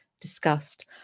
discussed